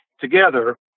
together